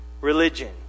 religion